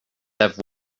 have